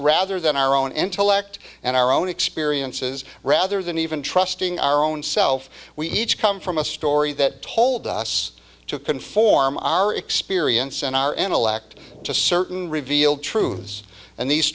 rather than our own intellect and our own experiences rather than even trusting our own self we each come from a story that told us to conform our experience and our intellect to certain revealed truths and these